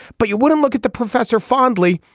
but you wouldn't look at the professor fondly.